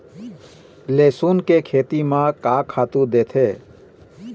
लेसुन के खेती म का खातू देथे?